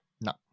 No